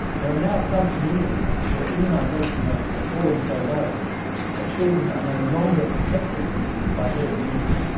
there are now some communities where immunisation rates have fallen so low that children are no longer protected by herd immunity,